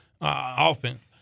offense